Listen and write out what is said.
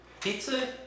Pizza